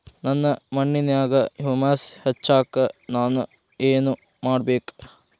ನನ್ನ ಮಣ್ಣಿನ್ಯಾಗ್ ಹುಮ್ಯೂಸ್ ಹೆಚ್ಚಾಕ್ ನಾನ್ ಏನು ಮಾಡ್ಬೇಕ್?